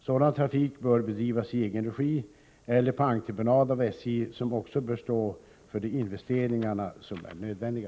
Sådan trafik bör bedrivas i egen regi eller på entreprenad av SJ, som också bör stå för de investeringar som är nödvändiga.